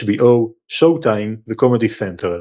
שואוטיים וקומדי סנטרל.